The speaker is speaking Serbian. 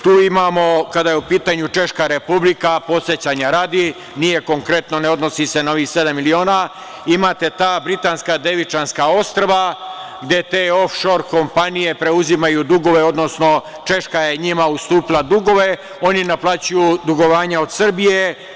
Tu imamo, kada je u pitanju Češka Republika, podsećanja radi, nije konkretno, ne odnosi se na ovih sedam miliona, imate ta Britanska Devičanska ostrva, gde te ofšor kompanije preuzimaju dugove, odnosno Češka je njima ustupila dugove, oni naplaćuju dugovanje od Srbije.